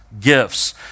gifts